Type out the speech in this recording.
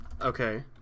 Okay